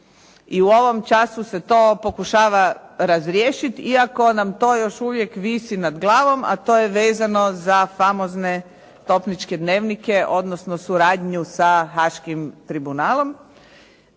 i u ovom času se to pokušava razriješiti iako je to nam još uvijek visi nad glavom a to je vezano za famozne Topničke dnevnike odnosno suradnju sa Haaškim tribunalom.